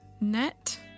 net